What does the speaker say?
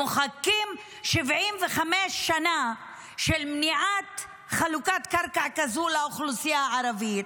מוחקים 75 שנה של מניעת חלוקת קרקע כזו לאוכלוסייה הערבית,